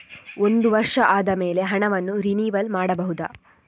ಒಂದು ವರ್ಷ ಆದಮೇಲೆ ಹಣವನ್ನು ರಿನಿವಲ್ ಮಾಡಬಹುದ?